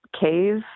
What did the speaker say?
cave